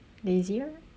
lazy right